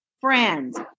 Friends